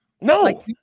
No